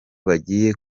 bagiye